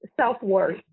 self-worth